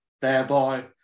thereby